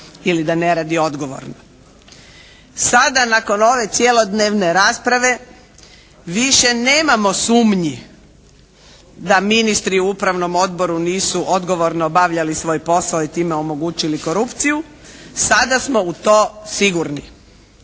Sada nakon ove cjelodnevne rasprave više nemamo sumnji da ministri u upravnom odboru nisu odgovorno obavljali svoj posao i time omogućili korupciju, sada smo u to sigurni.